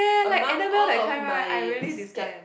among all of my scared